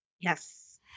Yes